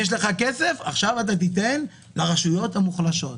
יש לך כסף, עכשיו תיתן לרשויות המוחלשות.